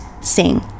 sing